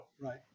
right